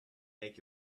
take